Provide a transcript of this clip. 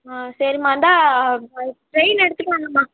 ஆ சரிமா இந்தா ட்ரெயின் எடுத்துடுவாங்கமா